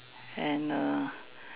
and err